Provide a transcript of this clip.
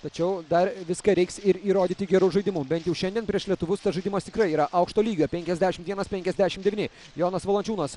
tačiau dar viską reiks ir įrodyti geru žaidimu bent jau šiandien prieš lietuvius žaidimas tikrai yra aukšto lygio penkiasdešim vienas penkiasdešim devyni jonas valančiūnas